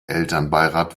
elternbeirat